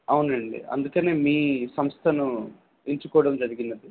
అవును అండి అందుకనే మీ సంస్థను ఎంచుకోవడం జరిగిందండి